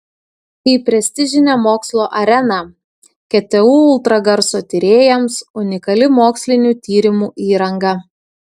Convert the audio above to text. į prestižinę mokslo areną ktu ultragarso tyrėjams unikali mokslinių tyrimų įranga